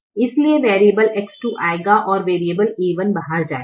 इसलिए variable X2 आएगा और वेरिएबल a1 बाहर जाएगा